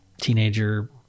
teenager